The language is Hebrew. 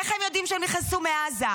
איך הם יודעים שהם נכנסו מעזה?